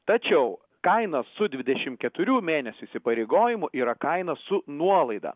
tačiau kaina su dvidešimt keturių mėnesių įsipareigojimu yra kaina su nuolaida